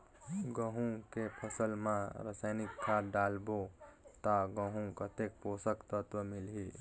गंहू के फसल मा रसायनिक खाद डालबो ता गंहू कतेक पोषक तत्व मिलही?